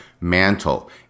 mantle